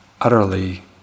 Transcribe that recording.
utterly